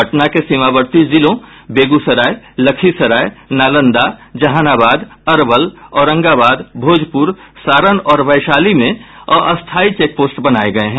पटना के सीमावर्ती जिलों बेगूसराय लखीसराय नालंदा जहानाबाद अरवल औरंगाबाद भोजपुर सारण और वैशली में अस्थायी चेकपोस्ट बनाये गये हैं